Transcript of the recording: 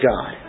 God